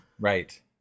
Right